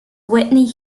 whitney